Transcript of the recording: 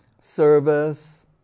Service